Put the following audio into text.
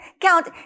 count